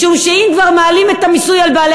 משום שאם כבר מעלים את המיסוי על בעלי